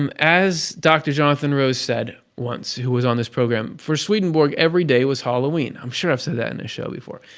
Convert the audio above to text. um as dr. jonathan rose said once, who was on this program, for swedenborg, every day was halloween. i'm sure i've said that in a show before.